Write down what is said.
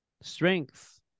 strength